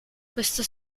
questo